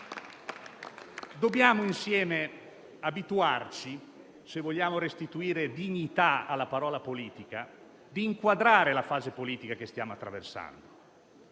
Dobbiamo abituarci insieme, se vogliamo restituire dignità alla parola politica, ad inquadrare la fase politica che stiamo attraversando,